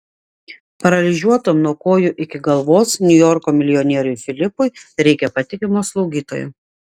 paralyžiuotam nuo kojų iki galvos niujorko milijonieriui filipui reikia patikimo slaugytojo